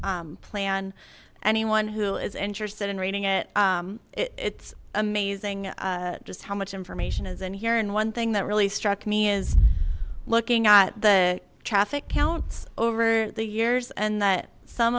this plan anyone who is interested in reading it it's amazing just how much information is in and one thing that really struck me is looking at the traffic counts over the years and that some